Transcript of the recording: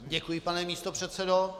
Děkuji, pane místopředsedo.